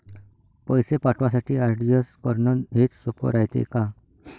पैसे पाठवासाठी आर.टी.जी.एस करन हेच सोप रायते का?